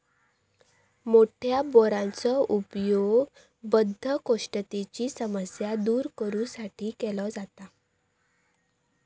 मोठ्या बोराचो उपयोग बद्धकोष्ठतेची समस्या दूर करू साठी केलो जाता